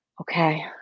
okay